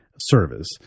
service